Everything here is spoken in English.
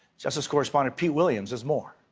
justice correspondent pete williams has more.